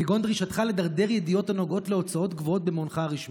כגון דרישתך לדרדר ידיעות הנוגעות להוצאות גבוהות במעונך הרשמי,